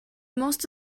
most